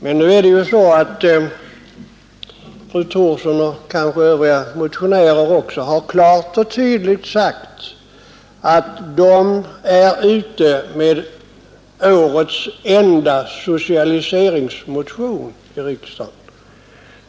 Men nu är det ju så att fru Thorsson — och kanske också övriga motionärer — har klart och tydligt sagt att de är ute med årets enda socialiseringsmotion i riksdagen.